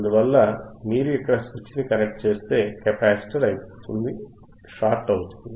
అందువల్ల మీరు ఇక్కడ స్విచ్ ని కనెక్ట్ చేస్తే కెపాసిటర్ అయిపోతుంది షార్ట్ అవుతుంది